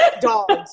dogs